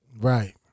Right